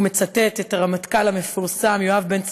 הוא מצטט את הרמטכ"ל המפורסם יואב בן צרויה,